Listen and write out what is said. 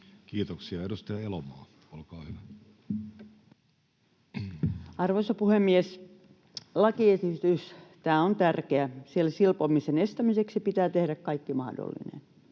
Kiitoksia. — Edustaja Elomaa, olkaa hyvä. Arvoisa puhemies! Tämä lakiesitys on tärkeä, sillä silpomisen estämiseksi pitää tehdä kaikki mahdollinen.